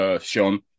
Sean